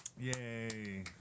Yay